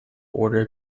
order